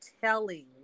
telling